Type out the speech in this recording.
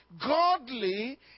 godly